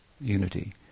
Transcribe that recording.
unity